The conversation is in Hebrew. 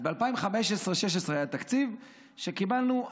אז ב-2016-2015 התקציב שקיבלנו,